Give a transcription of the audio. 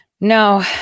No